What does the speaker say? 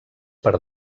per